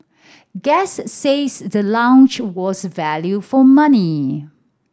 guest says the lounge was value for money